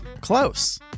close